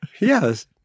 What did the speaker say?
Yes